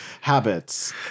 habits